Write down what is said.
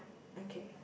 okay